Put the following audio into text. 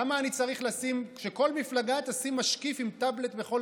למה שכל מפלגה תשים משקיף עם טאבלט בכל